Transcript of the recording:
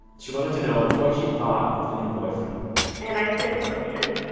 she wanted to know what she thought of the new boyfriend and i said, eunsoon,